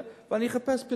אני חושב שנכון לעשות את זה,